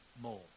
more